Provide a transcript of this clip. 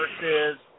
versus